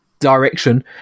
direction